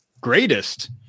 greatest